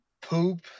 poop